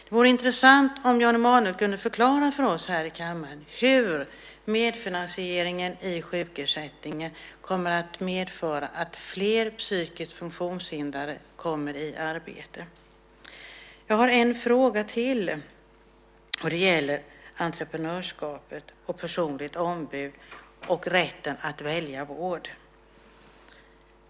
Det vore intressant om Jan Emanuel kunde förklara för oss här i kammaren hur medfinansieringen i sjukersättningen kommer att medföra att fler psykiskt funktionshindrade kommer i arbete. Jag har en fråga till. Det gäller entreprenörskapet, personligt ombud och rätten att välja vård.